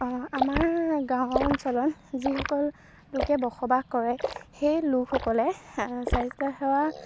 অঁ আমাৰ গাঁও অঞ্চলত যিসকল লোকে বসবাস কৰে সেই লোকসকলে স্বাস্থ্যসেৱা